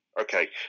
Okay